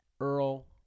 Earl